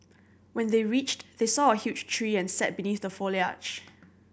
when they reached they saw a huge tree and sat beneath the foliage